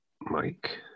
Mike